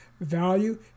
value